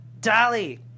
Dolly